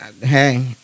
hey